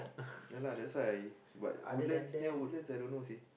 ya lah that's why I but Woodlands near Woodlands I don't know ah